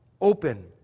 open